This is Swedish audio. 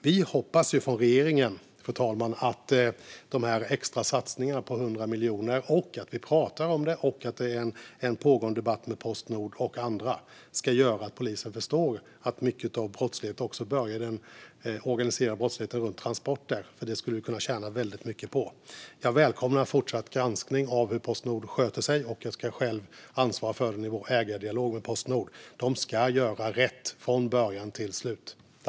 Vi hoppas från regeringen, fru talman, att extrasatsningarna på 100 miljoner och vår pågående debatt med Postnord och andra ska göra att polisen förstår att mycket av brottsligheten börjar i den organiserade brottsligheten runt transporter. Det skulle vi kunna tjäna väldigt mycket på. Jag välkomnar en fortsatt granskning av hur Postnord sköter sig, och jag ska själv ansvara för ägardialogen med Postnord. De ska göra rätt från början till slut.